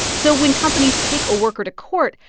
so when companies take a worker to court,